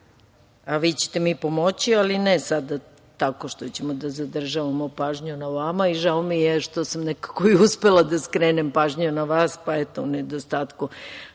Vi ćete mi pomoći, ali ne sada tako što ćemo da zadržavamo pažnju na vama i žao mi je što sam nekako uspela da skrenem pažnju na vas, pa, eto, u nedostatku